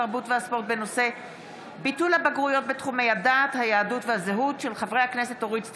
התרבות והספורט בעקבות דיון בהצעתם של חברי הכנסת אורית סטרוק,